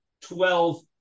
twelve